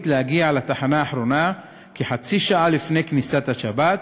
להגיע לתחנה האחרונה כחצי שעה לפני כניסת השבת,